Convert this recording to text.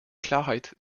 klarheit